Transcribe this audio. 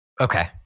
Okay